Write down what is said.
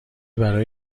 برای